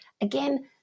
Again